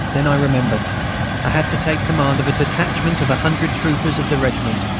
then i remembered i had to take command of a detachment of a hundred troopers of the regiment,